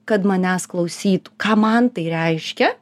kad manęs klausytų ką man tai reiškia